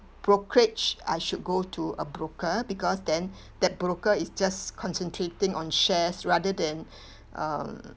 brokerage I should go to a broker because then that broker is just concentrating on shares rather than um